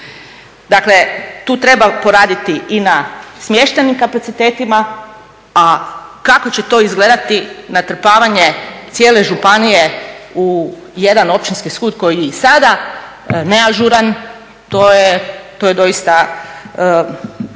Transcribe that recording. Dakle, tu treba poraditi i na smještajnim kapacitetima. A kako će to izgledati natrpavanje cijele županije u jedan općinski sud koji je i sada neažuran, to je doista